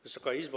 Wysoka Izbo!